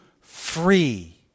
free